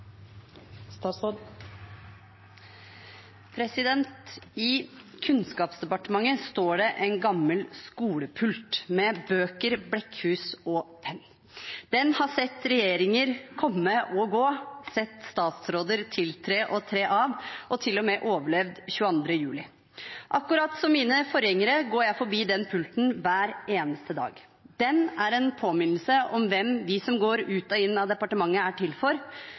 en gammel skolepult med bøker, blekkhus og penn. Den har sett regjeringer komme og gå, sett statsråder tiltre og tre av – og til og med overlevd 22. juli. Akkurat som mine forgjengere går jeg forbi den pulten hver eneste dag. Den er en påminnelse om hvem vi som går ut og inn av departementet, er til for.